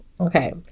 Okay